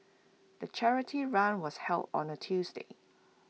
the charity run was held on A Tuesday